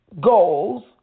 goals